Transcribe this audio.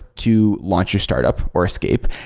to launch your startup or escape.